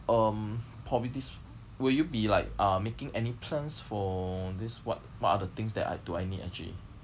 um probably this will you be like uh making any plans for this what what are the things that I do I need actually